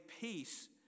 peace